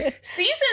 Season